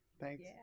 Thanks